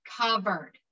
covered